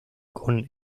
con